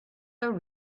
are